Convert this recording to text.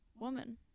Woman